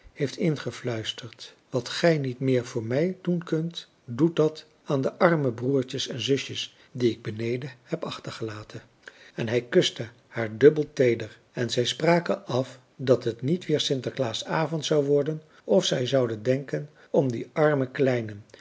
heeft ingefluisterd wat gij niet meer voor mij doen kunt doet dat aan de arme broertjes en zusjes die ik beneden heb achtergelaten françois haverschmidt familie en kennissen en hij kuste haar dubbel teeder en zij spraken af dat het niet weer sinterklaasavond zou worden of zij zouden denken om die arme kleinen